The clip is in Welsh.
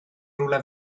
rywle